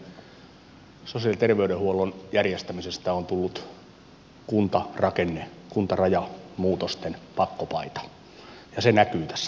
sosiaali ja terveydenhuollon järjestämisestä on tullut kuntarakenne kuntarajamuutosten pakkopaita ja se näkyy tässä tilanteessa